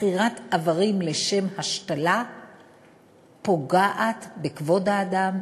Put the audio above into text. מכירת איברים לשם השתלה פוגעת בכבוד האדם,